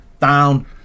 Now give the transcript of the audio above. down